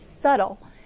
subtle